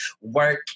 work